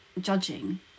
judging